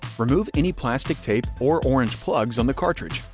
remove any plastic tape or orange plugs on the cartridge.